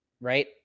Right